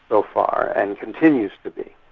so far, and continues to be.